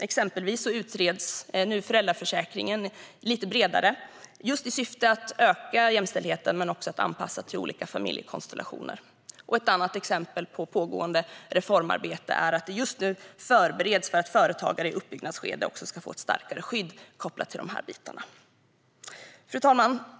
Exempelvis utreds nu föräldraförsäkringen lite bredare, just i syfte att öka jämställdheten och anpassa försäkringen till olika familjekonstellationer. Ett annat exempel på pågående reformarbete är att det just nu förbereds för att företagare i ett uppbyggnadsskede ska få ett starkare skydd kopplat till dessa bitar. Fru talman!